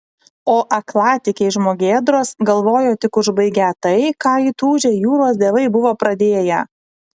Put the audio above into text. o aklatikiai žmogėdros galvojo tik užbaigią tai ką įtūžę jūros dievai buvo pradėję